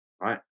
right